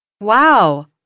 Wow